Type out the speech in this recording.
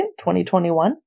2021